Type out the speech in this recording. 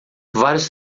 vários